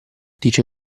dice